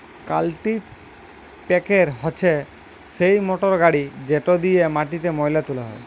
কাল্টিপ্যাকের হছে সেই মটরগড়ি যেট দিঁয়ে মাটিতে ময়লা তুলা হ্যয়